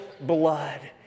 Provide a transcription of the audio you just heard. blood